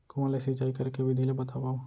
कुआं ले सिंचाई करे के विधि ला बतावव?